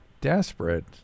desperate